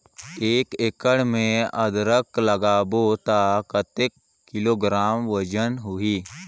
एक एकड़ मे अदरक लगाबो त कतेक किलोग्राम वजन होही?